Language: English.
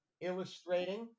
illustrating